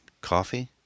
Coffee